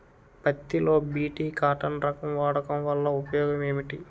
పత్తి లో BT cotton రకం వాడకం వల్ల ఉపయోగం ఏమిటి?